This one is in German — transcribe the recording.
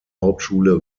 hauptschule